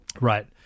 Right